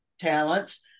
talents